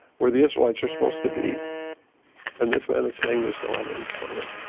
where the israelites were supposed to be and this man is saying there's no evidence for them.